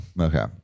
Okay